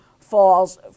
falls